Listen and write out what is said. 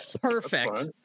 Perfect